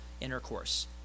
intercourse